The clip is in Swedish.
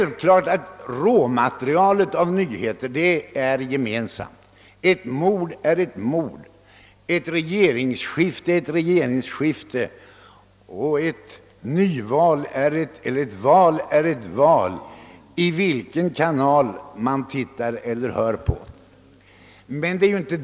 Det är klart att råmaterialet av nyheter är gemensamt; ett mord är ett mord, ett regeringsskifte är ett regeringsskifte och ett val är ett val oavsett i vilket program nyheten sänds.